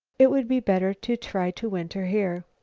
it would be better to try to winter here.